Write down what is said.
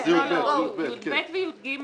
ו-(יג),